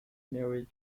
married